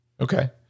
Okay